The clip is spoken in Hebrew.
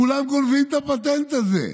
כולם גונבים את הפטנט הזה,